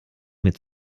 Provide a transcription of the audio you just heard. mit